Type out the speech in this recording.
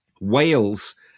Wales